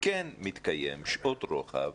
כן מתקיימות שעות רוחב